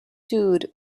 sued